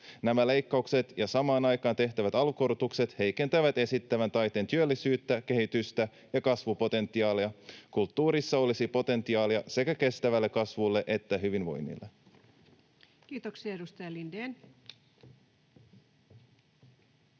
Nämä leikkaukset ja samaan aikaan tehtävät alv-korotukset heikentävät esittävän taiteen työllisyyttä, kehitystä ja kasvupotentiaalia. Kulttuurissa olisi potentiaalia sekä kestävälle kasvulle että hyvinvoinnille. [Speech 316]